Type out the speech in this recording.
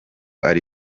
ari